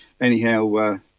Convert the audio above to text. Anyhow